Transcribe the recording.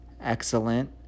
Excellent